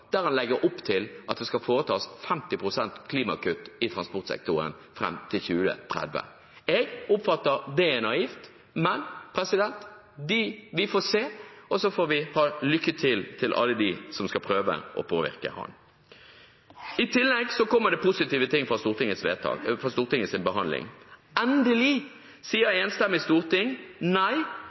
der han legger opp til at det skal foretas 50 pst. klimakutt i transportsektoren fram til 2030. Jeg oppfatter at det er naivt, men vi får se, og så får vi ønske alle de som skal prøve å påvirke ham, lykke til. I tillegg kommer det positive ting fra Stortingets behandling. Endelig sier et enstemmig storting nei